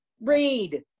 read